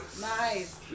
Nice